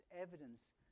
evidence